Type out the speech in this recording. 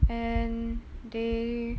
and they